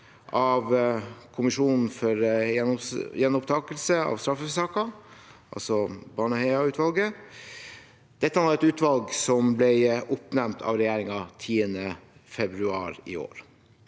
av kommisjonen for gjenopptakelse av straffesaker – Baneheia-utvalget. Dette utvalget ble oppnevnt av regjeringen 10. februar i år.